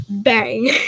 bang